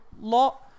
lot